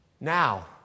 Now